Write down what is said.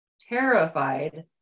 terrified